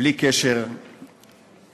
בלי קשר לצבע,